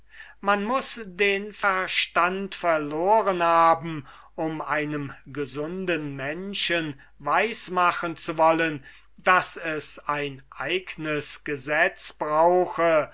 man muß den verstand verloren haben um einem gesunden menschen weis machen zu wollen daß es ein eignes gesetz brauche